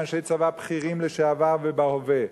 אנשי צבא בכירים לשעבר ובהווה,